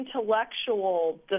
intellectual